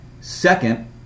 Second